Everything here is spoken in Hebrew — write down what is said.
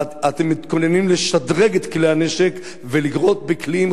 אתם מתכוננים לשדרג את כלי הנשק ולירות קליעים